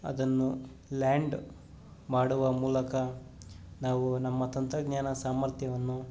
ಅದನ್ನು ಲ್ಯಾಂಡ್ ಮಾಡುವ ಮೂಲಕ ನಾವು ನಮ್ಮ ತಂತ್ರಜ್ಞಾನ ಸಾಮರ್ಥ್ಯವನ್ನು